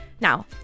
Now